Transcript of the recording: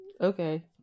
okay